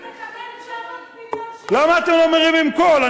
לקבל 900 מיליון שקל, למה אתם לא מרימים קול?